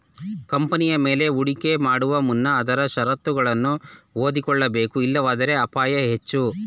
ಕಂಪನಿಯ ಮೇಲೆ ಹೂಡಿಕೆ ಮಾಡುವ ಮುನ್ನ ಆದರೆ ಶರತ್ತುಗಳನ್ನು ಓದಿಕೊಳ್ಳಬೇಕು ಇಲ್ಲವಾದರೆ ಅಪಾಯ ಹೆಚ್ಚು